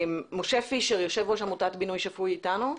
משה פישר, יושב ראש עמותת בינוי שפוי, אתנו ב-זום?